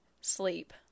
sleep